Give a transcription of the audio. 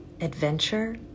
adventure